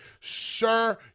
sir